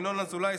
ינון אזולאי,